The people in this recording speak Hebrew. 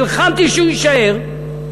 נלחמתי שהוא יישאר,